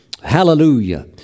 Hallelujah